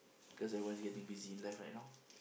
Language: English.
cause everyone's getting busy in life right now